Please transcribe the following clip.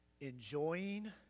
Enjoying